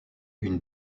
une